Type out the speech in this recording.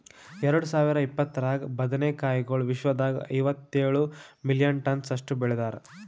ಎರಡು ಸಾವಿರ ಇಪ್ಪತ್ತರಾಗ ಬದನೆ ಕಾಯಿಗೊಳ್ ವಿಶ್ವದಾಗ್ ಐವತ್ತೇಳು ಮಿಲಿಯನ್ ಟನ್ಸ್ ಅಷ್ಟು ಬೆಳದಾರ್